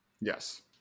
yes